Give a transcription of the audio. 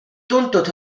tuntud